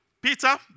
Peter